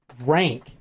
rank